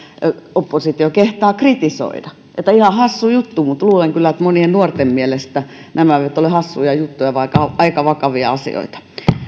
oppositio kehtaa kritisoida että ihan hassu juttu mutta luulen kyllä että monien nuorten mielestä nämä eivät ole hassuja juttuja vaan aika vakavia asioita